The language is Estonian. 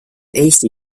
eesti